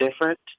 different